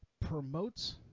promotes